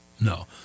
no